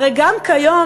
הרי גם כיום,